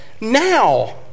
now